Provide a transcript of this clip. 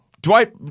Dwight